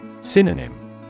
Synonym